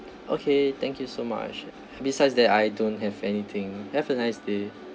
okay thank you so much besides that I don't have anything have a nice day